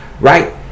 right